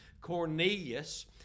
Cornelius